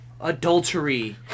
adultery